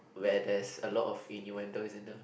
where there's a lot of innuendoes in them